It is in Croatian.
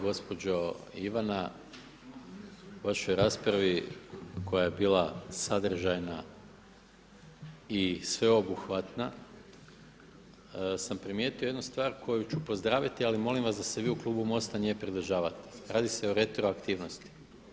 Gospođo Ivana, u vašoj raspravi koja je bila sadržajna i sveobuhvatna sam primijetio jednu stvar koju ću pozdraviti, ali molim vas da se vi u klubu MOST-a nje pridržavate, radi se o retroaktivnosti.